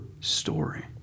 story